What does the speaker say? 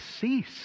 cease